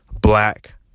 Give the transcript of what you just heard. Black